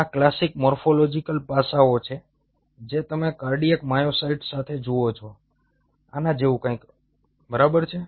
આ classic morphological પાસાઓ છે જે તમે કાર્ડિયાક માયોસાઇટ્સ સાથે જુઓ છો આના જેવું કંઈક બરાબર છે